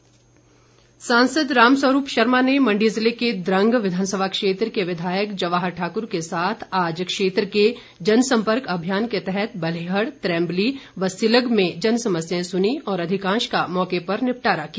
राम स्वरूप सांसद राम स्वरूप शर्मा ने द्वंग विधानसभा क्षेत्र के विधायक जवाहर ठाकुर के साथ आज क्षेत्र के जनसम्पर्क अभियान के तहत भलेहड़ त्रैम्बली व सिलग में लोगों के समस्याएं सुनीं और अधिकांश का मौके पर निपटारा किया